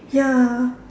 ya